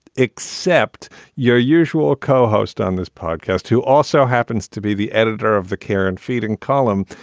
except your usual co-host on this podcast, who also happens to be the editor of the care and feeding column,